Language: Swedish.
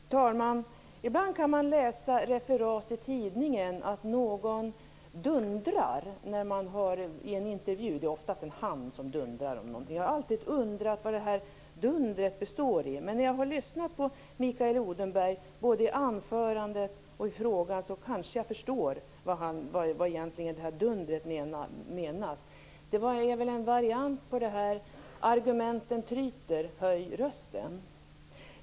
Fru talman! Ibland kan man läsa referat i tidningar att någon dundrar vid en intervju - det är oftast en han som dundrar. Jag har alltid undrat vad det här dundret består i. Men efter att ha lyssnat på Mikael Odenberg både i anförandet och i repliken kanske jag förstår vad som egentligen menas med dundrandet. Det var en variant på: Argumenten tryter, höj rösten.